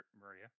Maria